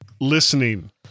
listening